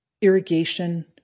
irrigation